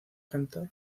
cantar